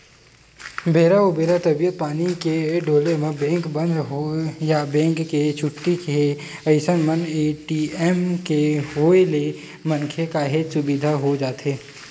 बेरा उबेरा तबीयत पानी के डोले म बेंक बंद हे या बेंक के छुट्टी हे अइसन मन ए.टी.एम के होय ले मनखे काहेच सुबिधा हो जाथे